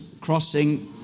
crossing